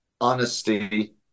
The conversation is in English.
honesty